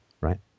right